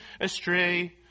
astray